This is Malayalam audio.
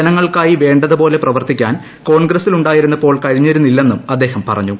ജനങ്ങൾക്കായി വേണ്ടതു പോലെ പ്രവർത്തിക്കാൻ കോൺഗ്രസിൽ ഉണ്ടായിരുന്നപ്പോൾ കഴിഞ്ഞിരുന്നില്ലെന്നും അദ്ദേഹം പറഞ്ഞു